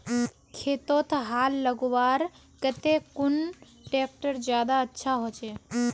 खेतोत हाल लगवार केते कुन ट्रैक्टर ज्यादा अच्छा होचए?